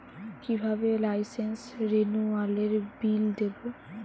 কিভাবে লাইসেন্স রেনুয়ালের বিল দেবো?